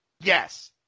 Yes